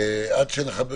עד אז,